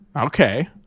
Okay